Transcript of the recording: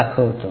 दाखवतो